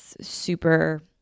super